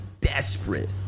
desperate